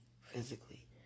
physically